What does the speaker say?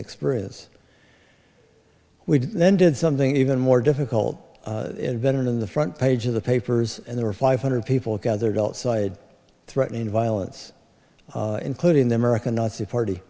experience we then did something even more difficult veteran in the front page of the papers and there were five hundred people gathered outside threatening violence including the american nazi party